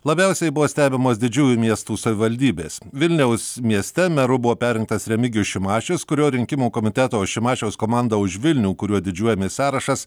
labiausiai buvo stebimos didžiųjų miestų savivaldybės vilniaus mieste meru buvo perrinktas remigijus šimašius kurio rinkimų komiteto šimašiaus komanda už vilnių kuriuo didžiuojamės sąrašas